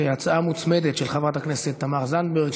הצעה מוצמדת של חברת הכנסת תמר זנדברג,